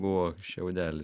buvo šiaudelis